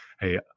Hey